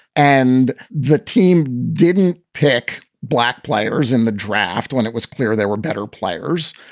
and the team didn't pick black players in the draft when it was clear they were better players.